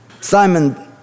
Simon